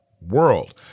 world